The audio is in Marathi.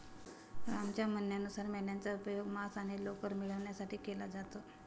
रामच्या म्हणण्यानुसार मेंढयांचा उपयोग मांस आणि लोकर मिळवण्यासाठी केला जातो